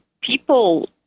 people